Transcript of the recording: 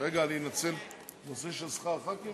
הזה, של שכר חברי הכנסת,